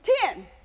ten